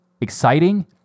exciting